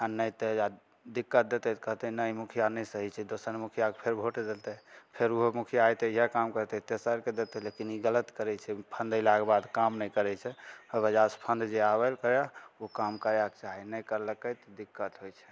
आओर नहि तऽ आ दिक्कत देतय तऽ कहतय नहि मुखिया नहि सही छै दोसर मुखियाके फेर वोट देतय फेर उहो मुखिया अइतय इएह काम करतय तेसरके देतय लेकिन ई गलत करय छै फण्ड अइलाक बाद काम नहि करय छै ओइ वजहसँ फण्ड जे आबय लए करय उ काम करयके चाही नहि करलकय तऽ दिक्कत होइ छै